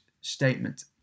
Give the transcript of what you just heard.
statement